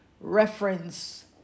reference